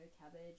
cabbage